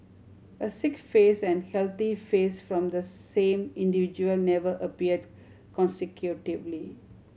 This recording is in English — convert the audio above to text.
a sick face and healthy face from the same individual never appeared consecutively